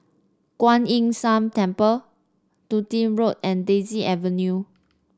Kuan Yin San Temple Dundee Road and Daisy Avenue